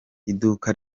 iduka